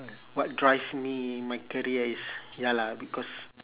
uh what drive me my career is ya lah because